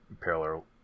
parallel